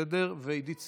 עידית סילמן,